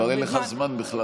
כבר אין לך זמן בכלל.